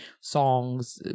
songs